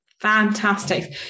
Fantastic